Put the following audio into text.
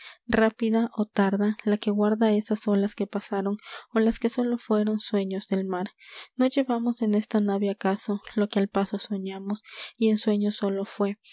rápida o tarda la que guarda esas olas que pasaron o las que sólo fueron sueños del mar no llevamos en esta nave acaso o que al paso soñamos y en sueños sólo fué